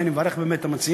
לכן, אני מברך את המציעים,